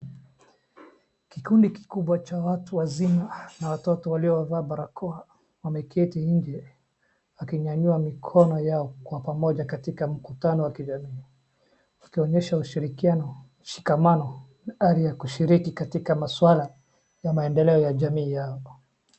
Kikundi kikubwa cha watu wazima na watoto walio vaa barakoa wameketi nje wakinyanyua mikono yao kwa pamoja katika mkutano wakionyesha ushirikiano, ushikamano, hali ya kushiriki katika maswala ya maendeleo ya jamii yao.